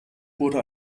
wurde